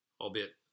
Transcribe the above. Albeit